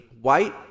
white